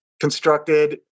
constructed